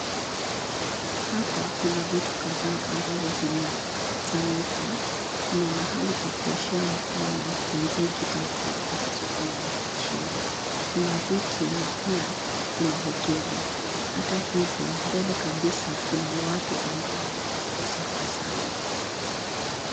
Hapa kuna vitu kadhaa ambazo zinafanyika. Kuna mahali pa kuoshea mkono na jegi tatu ambazo zimewekwa chini. Kuna viti na pia kuna hoteli. Hata hivyo, mbele kabisa, kuna watu ambao wanauza asali.